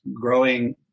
growing